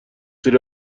سری